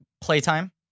Playtime